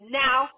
now